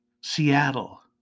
Seattle